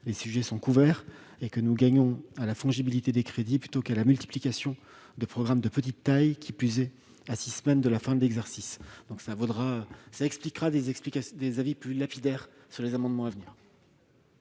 les sujets sont déjà couverts et que nous gagnons à la fongibilité des crédits plutôt qu'à la multiplication de programmes de petite taille, surtout à six semaines de la fin de l'exercice. Cela expliquera mes avis plus lapidaires sur les amendements à venir.